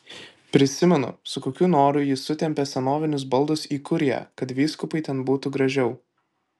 prisimenu su kokiu noru jis sutempė senovinius baldus į kuriją kad vyskupui ten būtų gražiau